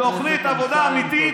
אני גם, אתה יודע, לא בונה על זה.